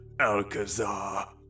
Alcazar